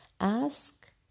ask